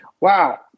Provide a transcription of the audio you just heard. Wow